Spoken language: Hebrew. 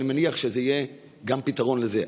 אני מניח שזה יהיה פתרון גם לזה.